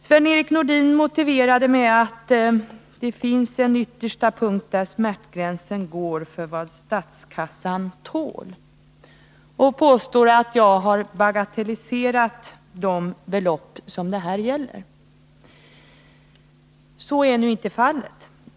Sven-Erik Nordin motiverar det med att det finns en yttersta punkt där smärtgränsen går för vad statskassan tål, och han påstår att jag har bagatelliserat de belopp som det här gäller. Så är nu inte fallet.